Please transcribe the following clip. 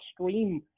extreme